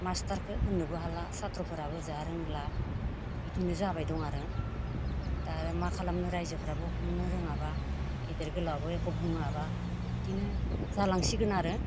मास्टारखो होननोबो हाला सात्रफोराबो ओजाहा रोंला इदिनो जाबाय दं आरो दा आरो मा खालामनो रायजोफोराबो हमनो रोङाब्ला गेदेर गोलावआबो एख' बुङाब्ला इदिनो जालांसिगोन आरो